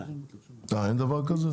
אין דבר כזה?